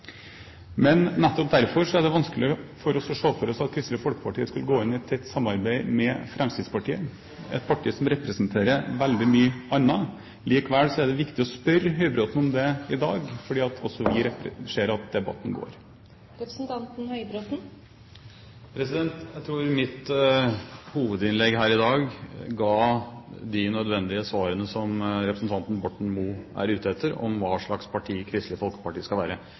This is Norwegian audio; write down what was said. Men nettopp derfor er det vanskelig å se for seg at Kristelig Folkeparti skulle gå inn i et tett samarbeid med Fremskrittspartiet, et parti som representerer veldig mye annet. Likevel er det viktig å spørre Høybråten om det i dag, fordi også vi ser at debatten går. Jeg tror mitt hovedinnlegg her i dag ga de nødvendige svarene som representanten Borten Moe er ute etter med hensyn til hva slags parti Kristelig Folkeparti skal være.